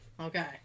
Okay